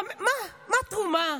מה התרומה,